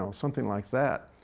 so something like that.